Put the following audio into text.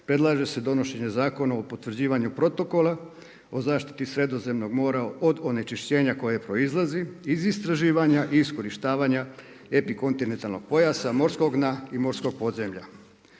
predlaže se donošenje Zakona o potvrđivanju protokola o zaštiti Sredozemnog mora od onečišćenja koje proizlazi iz istraživanja i iskorištavanja epikontinentalnog pojasa, morskog dna i morskog podzemlja.